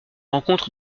rencontre